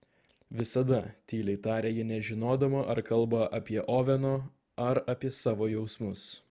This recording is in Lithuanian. visada tyliai tarė ji nežinodama ar kalba apie oveno ar apie savo jausmus